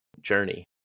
journey